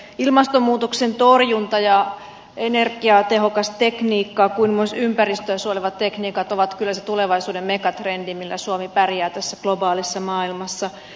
ilmastonmuutoksen torjunta ja energiatehokas tekniikka kuin myös ympäristöä suojelevat tekniikat ovat kyllä se tulevaisuuden mega trendi millä suomi pärjää tässä globaalissa maailmassa